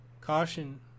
caution